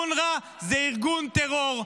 אונר"א הוא ארגון טרור.